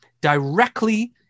directly